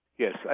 Yes